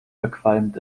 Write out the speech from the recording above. verqualmt